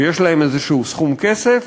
ויש להם איזשהו סכום כסף,